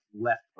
left